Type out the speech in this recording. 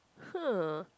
hmm